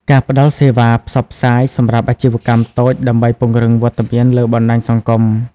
ការផ្តល់សេវាផ្សព្វផ្សាយ សម្រាប់អាជីវកម្មតូចដើម្បីពង្រឹងវត្តមានលើបណ្តាញសង្គម។